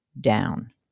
down